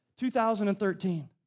2013